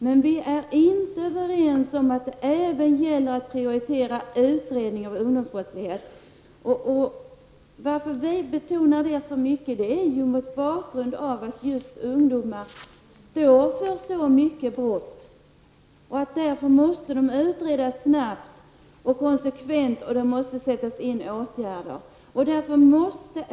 Men vi är inte överens om att det även gäller att prioritera utredning av ungdomsbrottsligheten. Vi betonar detta så mycket mot bakgrund av att ungdomar står för så många brott. Därför måste brotten utredas snabbt och konsekvent. Och åtgärder måste sättas in.